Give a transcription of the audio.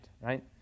right